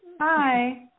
Hi